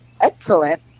excellent